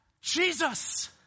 Jesus